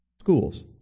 schools